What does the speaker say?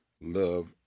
love